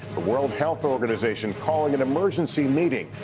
the world health organization calling an emergency meeting.